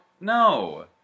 No